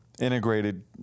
integrated